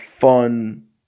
fun